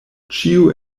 ĉio